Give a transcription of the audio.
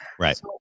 Right